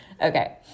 Okay